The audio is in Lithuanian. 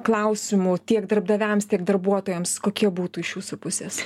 klausimu tiek darbdaviams tiek darbuotojams kokie būtų iš jūsų pusės